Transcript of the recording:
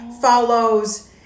follows